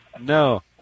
no